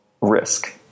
risk